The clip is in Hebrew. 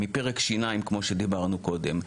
מפרק שיניים כמו שדיברנו קודם,